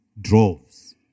Droves